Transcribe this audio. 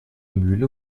mühle